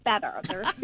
better